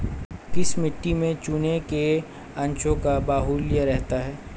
किस मिट्टी में चूने के अंशों का बाहुल्य रहता है?